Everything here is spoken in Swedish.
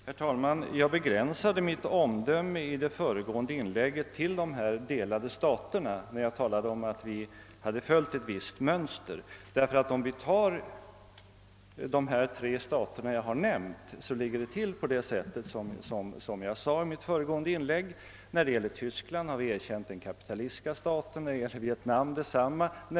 Herr talman! Jag begränsade mitt omdöme till dessa delade stater när jag i mitt föregående inlägg sade att vi följt ett visst mönster. Ty både i fråga om Tyskland, Vietnam och Korea förhåller det sig så som jag sade i mitt föregående inlägg, att vi erkänt den kapitalistiska staten.